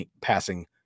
passing